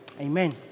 Amen